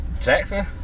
Jackson